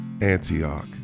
antioch